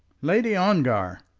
lady ongar!